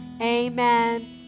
amen